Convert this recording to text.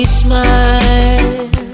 smile